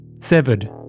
Severed